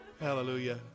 Hallelujah